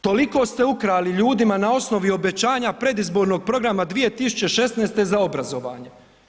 Toliko ste ukrali ljudima na osnovi obećanja predizbornog programa 2016. za obrazovanje.